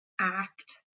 act